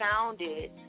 founded